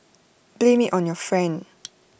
blame IT on your friend